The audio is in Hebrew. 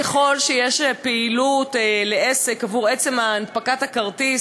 ככל שיש פעילות לעסק מעצם הנפקת הכרטיס,